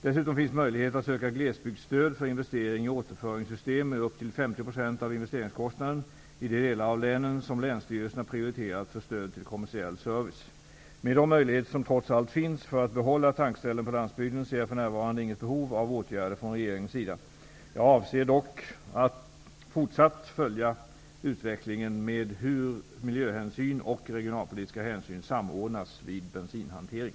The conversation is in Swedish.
Dessutom finns möjlighet att söka glesbygdsstöd för investering i återföringssystem med upp till Med de möjligheter som trots allt finns för att behålla tankställen på landsbygden ser jag för närvarande inget behov av åtgärder från regeringens sida. Jag avser dock att fortsatt följa utvecklingen när det gäller hur miljöhänsyn och regionalpolitiska hänsyn samordnas vid bensinhantering.